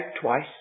twice